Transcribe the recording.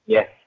Yes